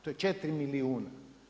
To je 4 milijuna.